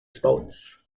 sports